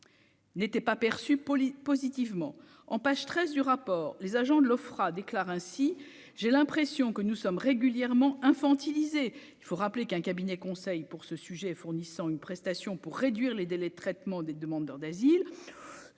N'était pas perçu Pauline positivement en page 13 du rapport, les agents de l'Ofpra, déclare ainsi : j'ai l'impression que nous sommes régulièrement infantiliser, il faut rappeler qu'un cabinet conseil pour ce sujet et fournissant une prestation pour réduire les délais de traitement des demandeurs d'asile,